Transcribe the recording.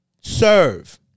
Serve